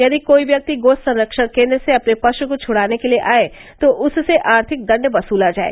यदि कोई व्यक्ति गो संरक्षण केन्द्र से अपने पशु को छुड़ाने के लिए आए तो उससे आर्थिक दण्ड वसूला जाए